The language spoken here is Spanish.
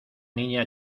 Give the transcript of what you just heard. niña